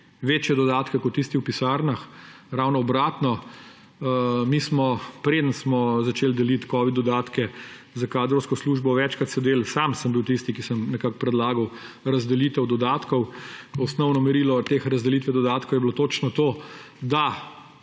večje dodatke kot tisti v pisarnah. Ravno obratno. Mi smo, preden smo začeli deliti covid dodatke, s kadrovsko službo večkrat sedeli, sam sem bil tisti, ki sem nekako predlagal razdelitev dodatkov. Osnovno merilo razdelitve dodatkov je bilo točno to, da